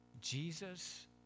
Jesus